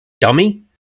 dummy